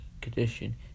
condition